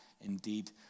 indeed